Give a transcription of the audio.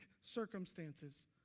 circumstances